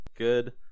Good